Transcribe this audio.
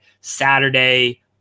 Saturday